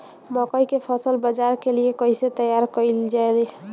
मकई के फसल बाजार के लिए कइसे तैयार कईले जाए?